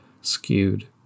skewed